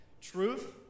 truth